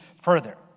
further